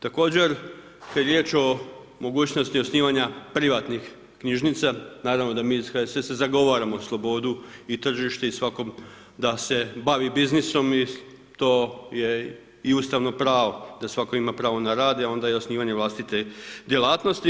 Također kad je riječ o mogućnosti osnivanja privatnih knjižnica, naravno da mi iz HSS-a zagovaramo slobodu i tržište i svakom da se bazi biznisom i to je i ustavno pravo da svatko ima pravo na rad, a onda i osnivanje vlastite djelatnosti.